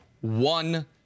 one